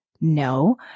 No